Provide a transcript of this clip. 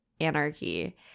Anarchy